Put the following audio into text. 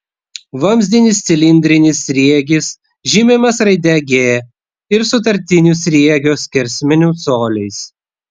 vamzdinis cilindrinis sriegis žymimas raide g ir sutartiniu sriegio skersmeniu coliais